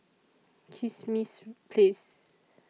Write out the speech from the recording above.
Kismis Place